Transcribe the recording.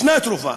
ישנה תרופה,